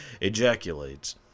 ejaculates